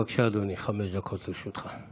בבקשה, אדוני, חמש דקות לרשותך.